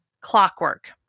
Clockwork